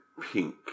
pink